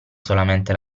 solamente